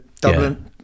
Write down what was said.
Dublin